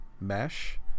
Mesh